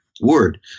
word